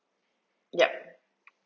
yup